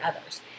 others